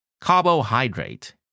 carbohydrate